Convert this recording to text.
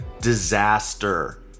disaster